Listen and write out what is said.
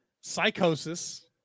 Psychosis